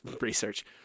research